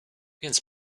więc